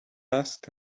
asked